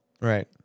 Right